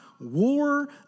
war